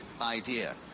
idea